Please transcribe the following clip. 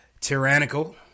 tyrannical